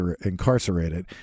incarcerated